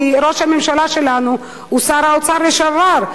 כי ראש הממשלה שלנו הוא שר האוצר לשעבר,